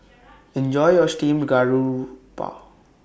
Enjoy your Steamed Garoupa